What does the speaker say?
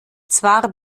zwar